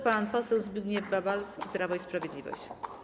Pan poseł Zbigniew Babalski, Prawo i Sprawiedliwość.